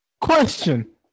Question